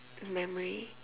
memory